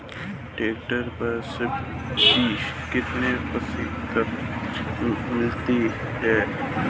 Tractor पर subsidy कितने प्रतिशत मिलती है?